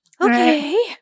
okay